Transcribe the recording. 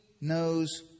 knows